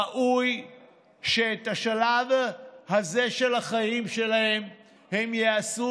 ראוי שאת השלב הזה של החיים שלהם הם יעשו